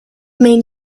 may